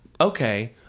Okay